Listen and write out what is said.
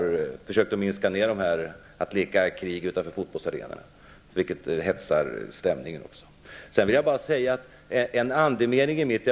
Man har försökt att minska ned tendenserna till att leka krig utanför fotbollsarenorna -- som också har hetsat stämningen.